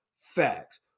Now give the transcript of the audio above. Facts